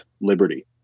liberty